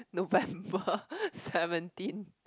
November seventeen